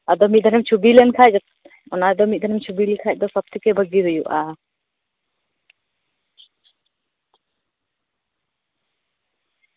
ᱟᱫᱚ ᱢᱤᱫ ᱫᱚᱣᱮᱢ ᱪᱷᱚᱵᱤ ᱞᱮᱱᱠᱷᱟᱡ ᱥᱚᱵ ᱛᱷᱮᱠᱮ ᱵᱷᱟᱜᱮ ᱦᱩᱭᱩᱜᱼᱟ